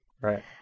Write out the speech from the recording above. Right